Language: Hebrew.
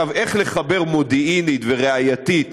איך לחבר מודיעינית וראייתית